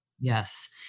Yes